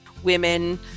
women